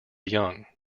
young